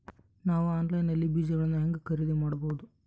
ನಾವು ಆನ್ಲೈನ್ ನಲ್ಲಿ ಬೇಜಗಳನ್ನು ಹೆಂಗ ಖರೇದಿ ಮಾಡಬಹುದು?